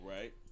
right